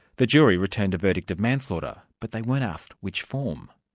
the jury returned a verdict of manslaughter, but they weren't asked which form.